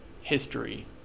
history